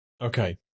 Okay